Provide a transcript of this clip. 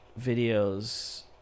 videos